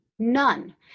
None